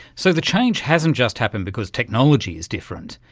so the change hasn't just happened because technology is different,